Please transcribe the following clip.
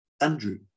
Andrew